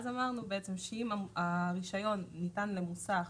אז אמרנו שאם הרישיון ניתן למוסך